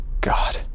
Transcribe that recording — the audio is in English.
God